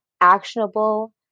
actionable